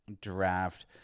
draft